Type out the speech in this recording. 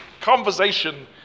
conversation